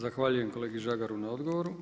Zahvaljujem kolegi Žagaru na odgovoru.